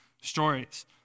stories